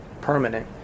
permanent